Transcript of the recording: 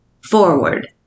Forward